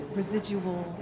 residual